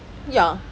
ya